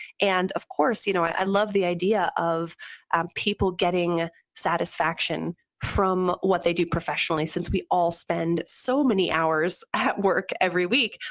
and of course, you know i love the idea of people getting satisfaction from what they do professionally since we all spend so many hours at work every week.